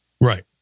Right